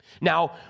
Now